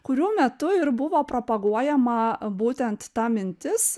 kurių metu ir buvo propaguojama būtent ta mintis